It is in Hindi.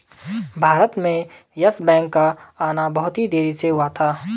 भारत में येस बैंक का आना बहुत ही देरी से हुआ था